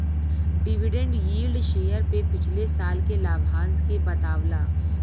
dividend yield share पे पिछले साल के लाभांश के बतावला